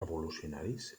revolucionaris